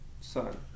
son